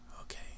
okay